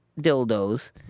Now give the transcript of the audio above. dildos